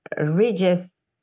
ridges